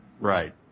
Right